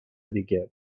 دیگه